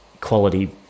quality